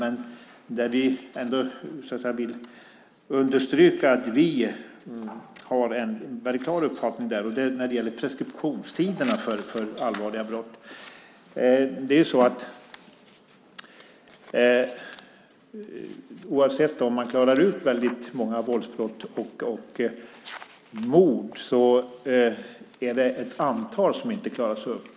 Men vi vill ändå understryka att vi har en väldigt klar uppfattning där. Det gäller preskriptionstiderna för allvarliga brott. Även om man klarar upp väldigt många våldsbrott och mord är det ett antal som inte klaras upp.